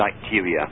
bacteria